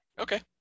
Okay